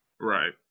right